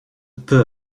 peu